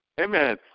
amen